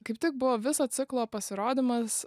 kaip tik buvo viso ciklo pasirodymas